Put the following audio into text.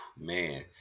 Man